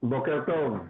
בוקר טוב.